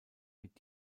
mit